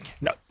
No